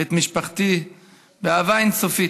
ואת משפחתי באהבה אין-סופית.